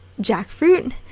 jackfruit